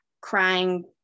crying